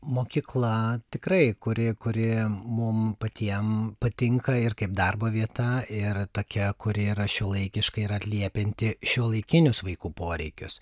mokykla tikrai kuri kuri mum patiem patinka ir kaip darbo vieta ir tokia kuri yra šiuolaikiška ir atliepianti šiuolaikinius vaikų poreikius